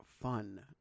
fun